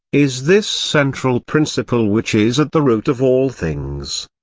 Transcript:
is this central principle which is at the root of all things?